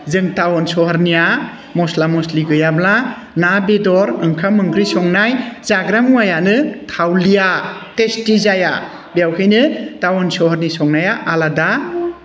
जों टाउन सहरनिया मस्ला मस्लि गैयाब्ला ना बेदर ओंखाम ओंख्रि संनाय जाग्रा मुवायानो थावलिया टेस्टि जाया बेखायनो टाउन सहरनि संनाया आलादा